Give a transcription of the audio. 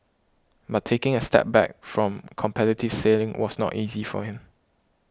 but taking a step back from competitive sailing was not easy for him